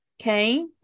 Okay